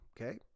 okay